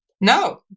No